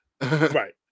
Right